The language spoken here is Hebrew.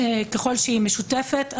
ככל שהיא משותפת,